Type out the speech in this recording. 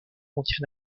contient